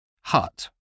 Hut